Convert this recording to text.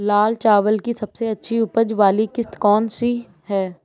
लाल चावल की सबसे अच्छी उपज वाली किश्त कौन सी है?